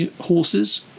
Horses